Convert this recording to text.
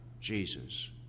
Jesus